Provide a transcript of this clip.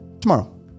tomorrow